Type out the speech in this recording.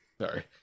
Sorry